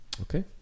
Okay